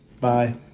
Bye